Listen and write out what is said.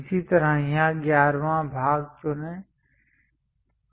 इसी तरह यहां 11 वां भाग चुनें